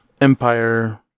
Empire